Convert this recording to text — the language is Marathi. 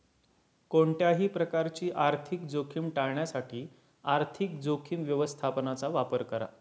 कोणत्याही प्रकारची आर्थिक जोखीम टाळण्यासाठी आर्थिक जोखीम व्यवस्थापनाचा वापर करा